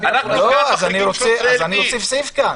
לא, אז אני רוצה סעיף כאן.